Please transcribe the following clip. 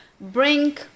bring